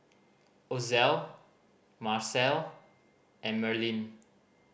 Ozell Macel and Merlyn